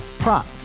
Prop